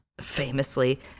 famously